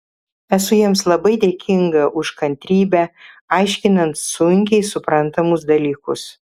esu jiems labai dėkinga už kantrybę aiškinant sunkiai suprantamus dalykus